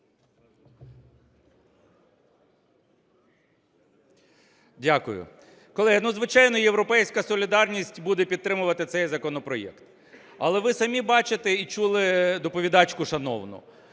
Дякую. Колеги, ну, звичайно, "Європейська солідарність" буде підтримувати цей законопроект, але ви самі бачите і чули доповідачку шановну.